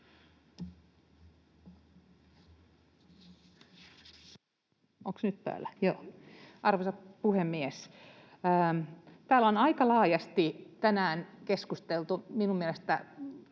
Arvoisa puhemies! Täällä on aika laajasti tänään keskusteltu mielestäni